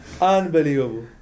Unbelievable